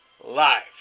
Live